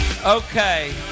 Okay